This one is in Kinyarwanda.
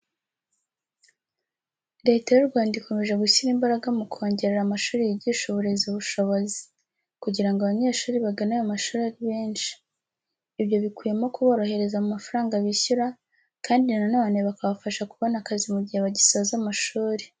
Leta y'u Rwanda ikomeje gushyira imbaraga mu kongerera amashuri yigisha uburezi ubushobozi, kugira ngo abanyeshuri bagane ayo mashuri ari benshi. Ibyo bikubiyemo kuborohereza mu mafaranga bishyura, kandi na none bakabafasha kubona akazi mu gihe bagisoza amashuri.